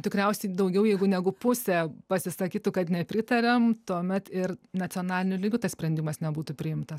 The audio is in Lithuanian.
tikriausiai daugiau jeigu negu pusė pasisakytų kad nepritariam tuomet ir nacionaliniu lygiu tas sprendimas nebūtų priimtas